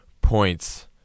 points